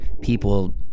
people